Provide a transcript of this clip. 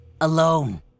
alone